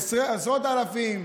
בעשרות אלפים.